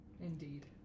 Indeed